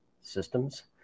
systems